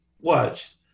Watch